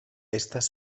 estas